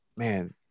Man